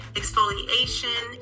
exfoliation